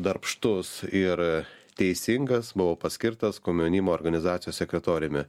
darbštus ir teisingas buvau paskirtas komjaunimo organizacijos sekretoriumi